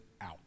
out